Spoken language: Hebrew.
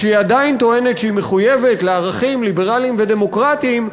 שהיא עדיין טוענת שהיא מחויבת לערכים ליברליים ודמוקרטיים,